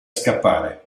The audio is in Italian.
scappare